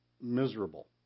miserable